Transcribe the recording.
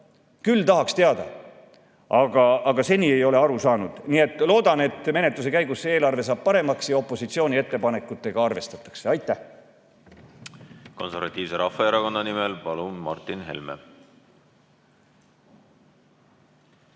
Küll tahaks teada, aga seni ei ole aru saanud. Nii et loodan, et menetluse käigus eelarve saab paremaks ja opositsiooni ettepanekutega arvestatakse. Aitäh! Eesti Konservatiivse Rahvaerakonna nimel Martin Helme,